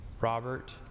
Robert